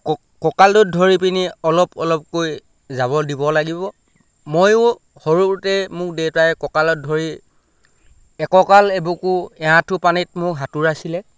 কঁকালটোত ধৰি পিনি অলপ অলপকৈ যাব দিব লাগিব ময়ো সৰুতে মোক দেউতাই কঁকালত ধৰি এককাল এবুকু এআঁঠু পানীত মোক সাঁতোৰাইছিলে